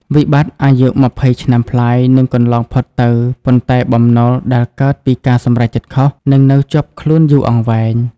វិបត្តិអាយុ២០ឆ្នាំប្លាយនឹងកន្លងផុតទៅ ប៉ុន្តែបំណុលដែលកើតពីការសម្រេចចិត្តខុស នឹងនៅជាប់ខ្លួនយូរអង្វែង។